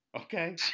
okay